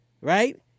right